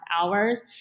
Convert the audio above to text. hours